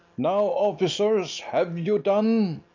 now, officers, have you done?